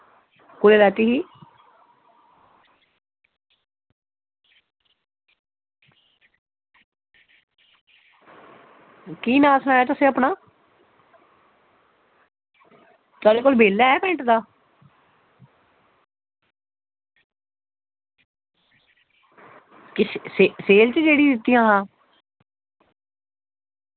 कदूं लैत्ती ही केह् नांऽ सनाया तुसैं अपनां तुआढ़े कोल बिल्ल ऐ पैंट दा सेल च जेह्ड़ी दित्तियां हां